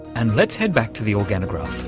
and let's head back to the organograph.